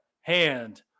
hand